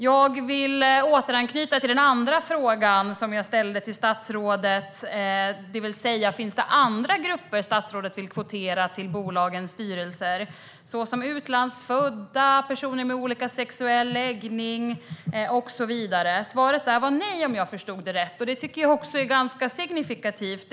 Jag vill återanknyta till den andra frågan som jag ställde till statsrådet, det vill säga om det finns andra grupper som statsrådet vill kvotera till bolagens styrelser såsom utlandsfödda och personer med annan sexuell läggning och så vidare. Svaret var nej, om jag förstod rätt, och det tycker jag är ganska signifikativt.